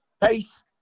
pace